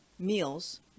meals